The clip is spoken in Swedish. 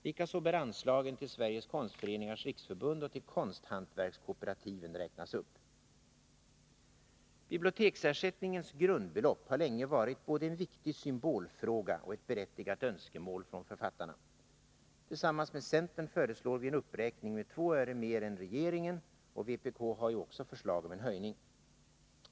Likaså bör anslagen till Sveriges konstföreningars riksförbund och till konsthantverkskooperativen räknas upp. Biblioteksersättningens grundbelopp har länge varit både en viktig symbolfråga och föremål för ett berättigat önskemål från författarna. Tillsammans med centern yrkar vi på en uppräkning med 2 öre mer än vad regeringen föreslår. Vpk har också förslag om en höjning.